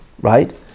right